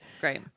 Great